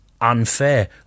unfair